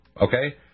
Okay